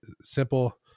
simple